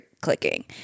clicking